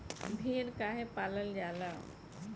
भेड़ काहे पालल जाला?